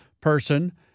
person